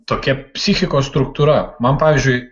tokia psichikos struktūra man pavyzdžiui